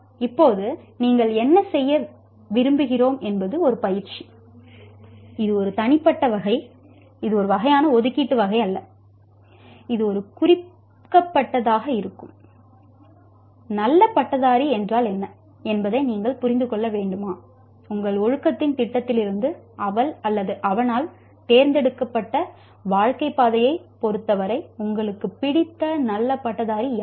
இப்போது நீங்கள் என்ன செய்ய விரும்புகிறோம் என்பது ஒரு பயிற்சி இது ஒரு தனிப்பட்ட வகை இது ஒரு வகையான ஒதுக்கீட்டு வகை அல்ல இது ஒரு குறிக்கப்பட்டதாக இருக்கும் நல்ல பட்டதாரி என்றால் என்ன என்பதை நீங்கள் புரிந்து கொள்ள வேண்டுமா உங்கள் ஒழுக்கத்தின் திட்டத்திலிருந்து அவள் அல்லது அவனால் தேர்ந்தெடுக்கப்பட்ட வாழ்க்கைப் பாதையைப் பொறுத்தவரை உங்களுக்கு பிடித்த நல்ல பட்டதாரி யார்